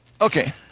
Okay